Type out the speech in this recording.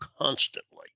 constantly